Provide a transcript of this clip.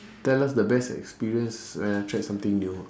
tell us the best experience when I tried something new